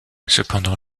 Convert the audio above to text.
cependant